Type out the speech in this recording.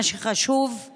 מה שחשוב זה